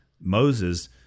Moses